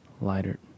Lighter